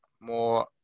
More